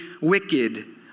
wicked